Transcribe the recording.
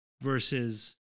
versus